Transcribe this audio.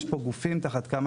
יש פה גופים תחת כמה